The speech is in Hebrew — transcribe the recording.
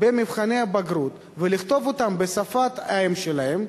במבחני הבגרות ולכתוב אותם בשפת-האם שלהם.